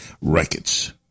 records